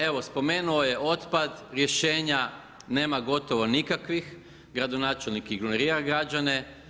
Evo spomenuo je otpad, rješenja nema gotovo nikakvih, gradonačelnik ignorira građane.